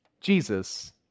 Jesus